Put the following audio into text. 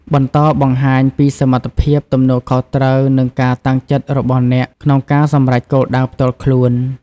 បន្តបង្ហាញពីសមត្ថភាព ទំនួលខុសត្រូវ និងការតាំងចិត្តរបស់អ្នកក្នុងការសម្រេចគោលដៅផ្ទាល់ខ្លួន។